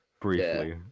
Briefly